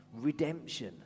redemption